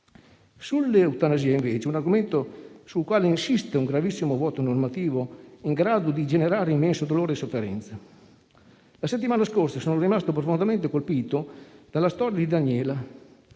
L'eutanasia invece è un argomento sul quale insiste un gravissimo vuoto normativo in grado di generare immenso dolore e sofferenza. La settimana scorsa sono rimasto profondamente colpito dalla storia di Daniela,